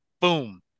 Boom